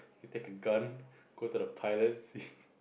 you take a gun go to the pilot